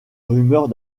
rumeurs